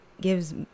gives